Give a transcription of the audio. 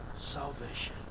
salvation